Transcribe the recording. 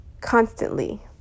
constantly